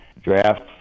draft